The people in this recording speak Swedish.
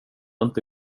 inte